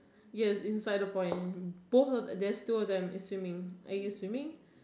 yes inside the pond and both there's two of them is swimming are you swimming